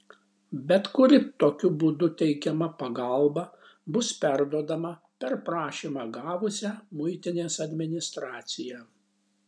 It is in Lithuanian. bet kuri tokiu būdu teikiama pagalba bus perduodama per prašymą gavusią muitinės administraciją